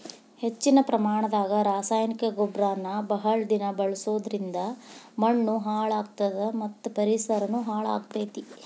ಹೆಚ್ಚಿನ ಪ್ರಮಾಣದಾಗ ರಾಸಾಯನಿಕ ಗೊಬ್ಬರನ ಬಹಳ ದಿನ ಬಳಸೋದರಿಂದ ಮಣ್ಣೂ ಹಾಳ್ ಆಗ್ತದ ಮತ್ತ ಪರಿಸರನು ಹಾಳ್ ಆಗ್ತೇತಿ